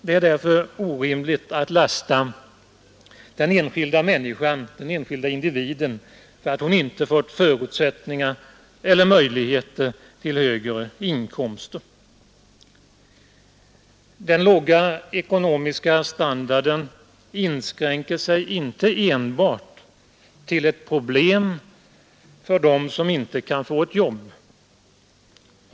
Det är orimligt att lasta den enskilda människan, den enskilda individen, för att inte ha fått förutsättningar eller möjligheter till högre inkomster. dålig lönsamhet. Dessa Den låga ekonomiska standarden inskränker sig inte enbart till ett problem för dem som inte kan få ett jobb.